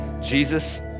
Jesus